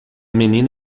menina